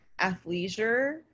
athleisure